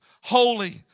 holy